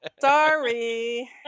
Sorry